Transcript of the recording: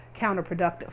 counterproductive